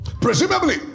Presumably